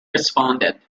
responded